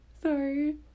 Sorry